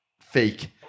fake